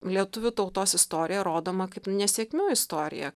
lietuvių tautos istorija rodoma kaip nesėkmių istorija